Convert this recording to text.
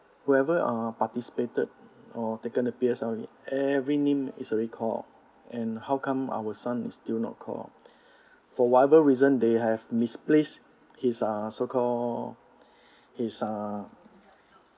whoever uh participated or taken the P_S_L_E every name is already called out and how come our son is still not call out for whatever reason they have misplaced his uh so call his uh